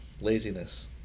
laziness